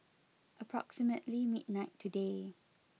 approximately midnight today